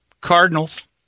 cardinals